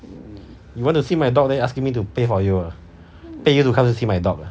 you want to see my dog then asking me to pay for you ah pay you to come see my dog